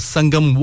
Sangam